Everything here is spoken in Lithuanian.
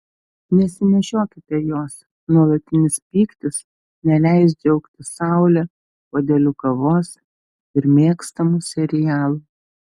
nesinešiokite jos nuolatinis pyktis neleis džiaugtis saule puodeliu kavos ir mėgstamu serialu